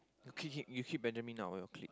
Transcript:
okay K you kick Benjamin out of your clique